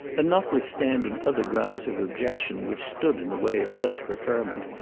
and notwithstanding other grounds of objection which stood in the way of such preferment,